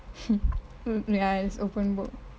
ya it's open book